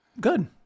Good